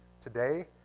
today